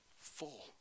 full